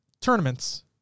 Tournaments